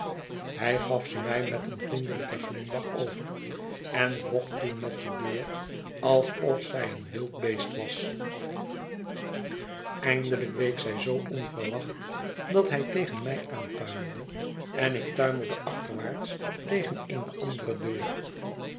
hij gaf ze mij met een vriendelijken glimlach over en vocht toen met de deur alsof zij een wild beest was eindelijk week zij zoo onverwacht dat hij tegen mij aantuimelde en ik tuimelde achterwaarts tegen eene andere deur